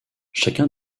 chacun